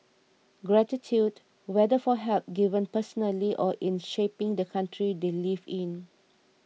gratitude whether for help given personally or in shaping the country they live in